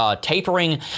tapering